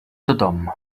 tothom